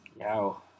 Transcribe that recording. Wow